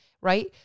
right